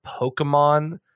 Pokemon